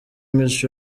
miss